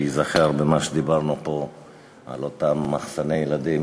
שייזכר במה שאמרנו פה על אותם מחסני ילדים